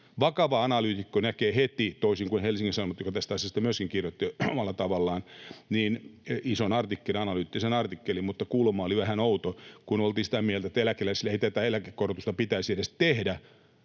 Vakava analyytikko näkee heti — toisin kuin Helsingin Sanomat, joka tästä asiasta myöskin kirjoitti omalla tavallaan ison, analyyttisen artikkelin, mutta kulma oli vähän outo, kun oltiin sitä mieltä, että eläkeläisille ei tätä eläkekorotusta pitäisi edes tehdä